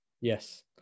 Yes